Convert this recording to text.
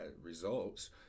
results